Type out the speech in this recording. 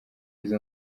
izi